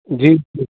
जी